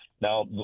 Now